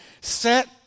set